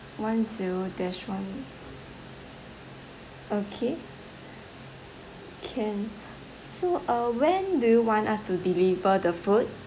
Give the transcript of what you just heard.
one zero dash one okay can so uh when do you want us to deliver the food